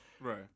Right